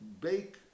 bake